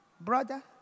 brother